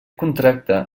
contracte